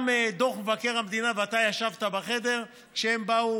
גם דוח מבקר המדינה, ואתה ישבת בחדר כשהם באו